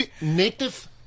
native